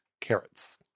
carrots